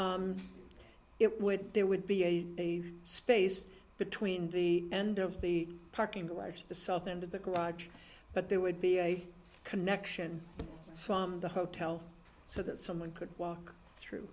it would there would be a space between the end of the parking garage to the south end of the garage but there would be a connection from the hotel so that someone could walk through